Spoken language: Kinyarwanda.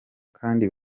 kandi